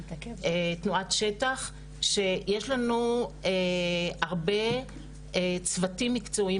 תנועת שטח שיש לנו הרבה צוותים מקצועיים